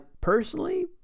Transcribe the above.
personally